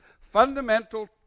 fundamental